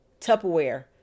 Tupperware